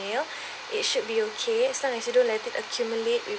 il it should be okay as long as you don't let it accumulate with